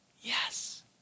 Yes